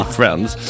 Friends